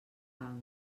banc